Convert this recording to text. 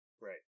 Right